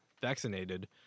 vaccinated